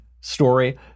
story